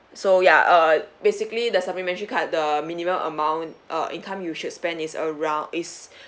so ya uh basically the supplementary card the minimum amount uh income you should spend is around is